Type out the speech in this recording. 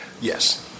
Yes